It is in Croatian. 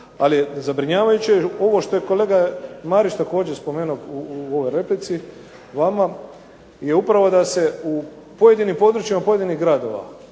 Ali je zabrinjavajuće ovo što je kolega Marić također spomenuo u ovoj replici vama je upravo da se u pojedinim područjima pojedinih gradova